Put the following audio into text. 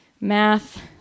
math